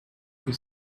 que